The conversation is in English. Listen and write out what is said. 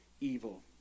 evil